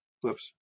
whoops